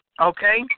okay